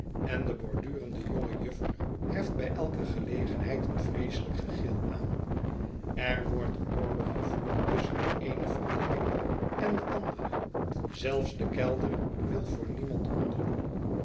en de bordurende jonge juffer heft bij elke gelegenheid een vreeselijk gegil aan er wordt oorlog gevoerd tusschen de eene verdieping en de andere zelfs de kelder wil voor niemand